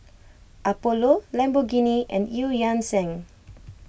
Apollo Lamborghini and Eu Yan Sang